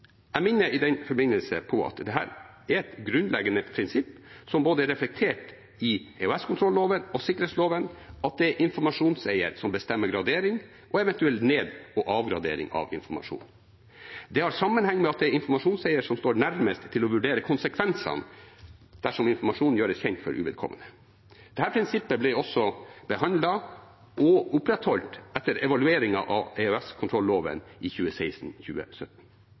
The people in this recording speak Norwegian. Jeg minner i den forbindelse om at det er et grunnleggende prinsipp, som er reflektert i både EOS-kontrolloven og sikkerhetsloven, at det er informasjonseieren som bestemmer gradering og eventuell ned- og avgradering av informasjon. Det har sammenheng med at det er informasjonseieren som er nærmest til å vurdere konsekvensene dersom informasjon gjøres kjent for uvedkommende. Dette prinsippet ble også behandlet og opprettholdt etter evalueringen av EOS-kontrolloven i